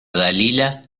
dalila